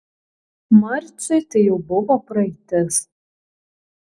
marciui tai jau buvo praeitis